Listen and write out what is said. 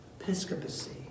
episcopacy